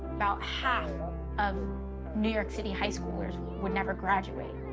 about half of new york city high-schoolers would never graduate.